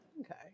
Okay